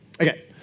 Okay